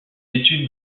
études